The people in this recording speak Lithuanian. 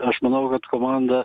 aš manau kad komanda